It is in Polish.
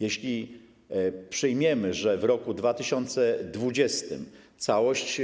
Jeśli przyjmiemy, że w roku 2020 całość